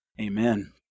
Amen